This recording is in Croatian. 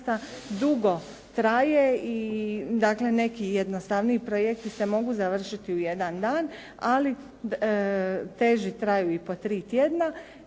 dugo traje i dakle neki jednostavniji projekti se mogu završiti u jedan dan, ali teži traju i po tri tjedna.